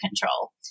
control